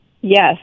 Yes